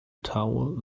towel